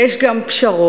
יש גם פשרות.